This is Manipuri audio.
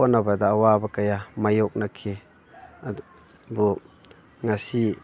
ꯍꯣꯠꯅꯕꯗ ꯑꯋꯥꯕ ꯀꯌꯥ ꯃꯥꯌꯣꯛꯅꯈꯤ ꯑꯗꯨꯕꯨ ꯉꯁꯤ